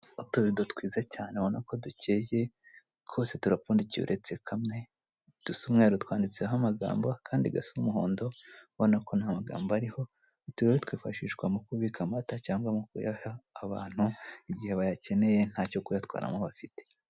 Utubido twiza cyane ubona ko dukeye twose turapfundikiye uretse kamwe dusa umweru twanditseho amagambo akandi gasa umuhondo ubona ko ntamagambo ariho, utu rero twifashishwa mu kubika amata cyangwa mu kuyaha abantu igihe bayakeneye ntacyo kuyatwaramo bafite.